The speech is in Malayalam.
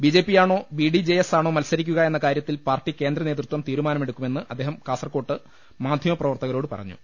ബി ജെ പിയാണോ ബി ഡി ജെ എസ് ആണോ മത്സരിക്കുക എന്ന കാര്യ ത്തിൽ പാർട്ടി കേന്ദ്രനേതൃത്വം തീരുമാനമെടുക്കുമെന്ന് അദ്ദേഹം കാസർകോട്ട് മാധ്യമപ്രവർത്തകരോട് പറ ഞ്ഞു